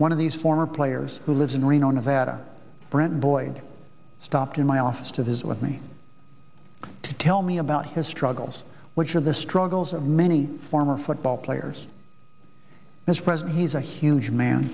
one of these former players who lives in reno nevada brant boyd stopped in my office to visit with me to tell me about his struggles which are the struggles of many former football players this present he's a huge man